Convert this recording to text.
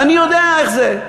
ואני יודע איך זה.